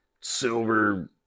silver